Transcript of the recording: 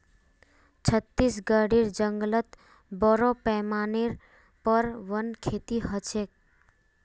छत्तीसगढेर जंगलत बोरो पैमानार पर वन खेती ह छेक